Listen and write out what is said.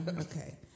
Okay